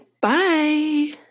bye